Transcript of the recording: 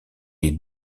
est